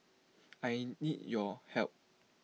I need your help